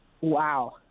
Wow